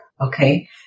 Okay